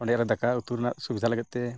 ᱚᱸᱰᱮ ᱟᱨᱚ ᱫᱟᱠᱟ ᱩᱛᱩ ᱨᱮᱱᱟᱜ ᱥᱩᱵᱤᱫᱷᱟ ᱞᱟᱹᱜᱤᱫᱛᱮ